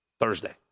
Thursday